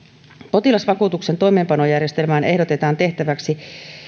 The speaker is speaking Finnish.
potilasvakuutuksen toimeenpanojärjestelmään ehdotetaan tehtäväksi